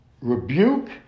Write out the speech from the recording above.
rebuke